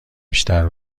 بیشتر